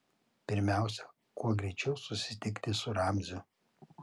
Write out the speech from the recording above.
pirmiausia kuo greičiau susitikti su ramziu